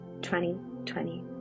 2020